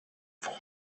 for